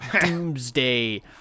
doomsday